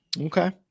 Okay